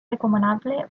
recomanable